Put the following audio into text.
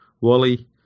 Wally